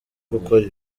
gukora